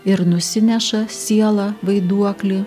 ir nusineša siela vaiduoklį